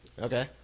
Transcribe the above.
Okay